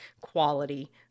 quality